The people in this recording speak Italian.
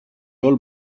all